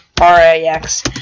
R-A-X